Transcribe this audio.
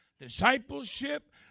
discipleship